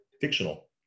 fictional